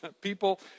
people